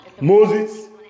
Moses